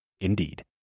Indeed